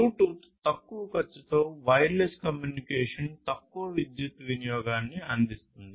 Bluetooth తక్కువ ఖర్చుతో wireless communication తక్కువ విద్యుత్ వినియోగాన్ని అందిస్తుంది